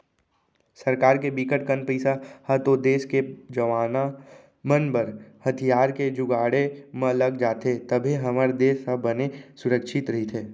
सरकार के बिकट कन पइसा ह तो देस के जवाना मन बर हथियार के जुगाड़े म लग जाथे तभे हमर देस ह बने सुरक्छित रहिथे